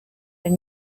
then